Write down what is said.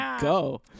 go